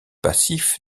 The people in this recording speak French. passif